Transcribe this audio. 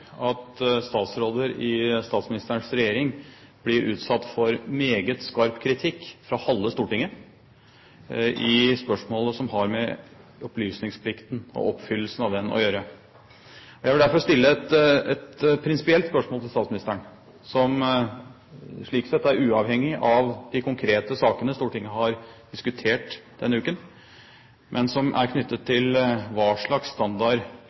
som har med opplysningsplikten og oppfyllelsen av den å gjøre. Jeg vil derfor stille et prinsipielt spørsmål til statsministeren, som slik sett er uavhengig av de konkrete sakene Stortinget har diskutert denne uken, men som er knyttet til hva slags standard